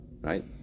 Right